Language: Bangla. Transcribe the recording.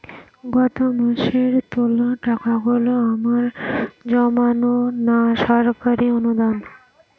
গত মাসের তোলা টাকাগুলো আমার জমানো না সরকারি অনুদান?